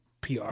PR